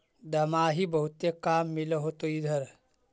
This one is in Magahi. दमाहि बहुते काम मिल होतो इधर?